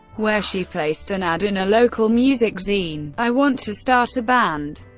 where she placed an ad in a local music zine i want to start a band.